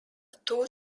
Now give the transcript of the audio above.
two